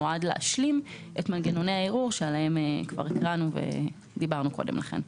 זה נועד להשלים את מנגנוני הערעור שאותם כבר הקראנו ודיברנו קודם לכן.